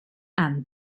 and